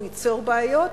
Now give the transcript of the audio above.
הוא ייצור בעיות,